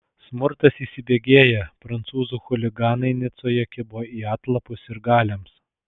smurtas įsibėgėja prancūzų chuliganai nicoje kibo į atlapus sirgaliams